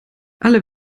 alle